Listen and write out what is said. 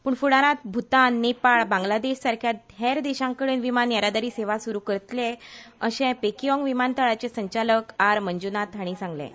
पूण फुडारांत भूतान नेपाळ बांगलादेश सारक्या हेर देशांकडे विमान येरादारी सेवा सुरू करतले अशें पेकियोंग विमानतळाचे संचालक आर मंजुनाथ हांणी सांगलें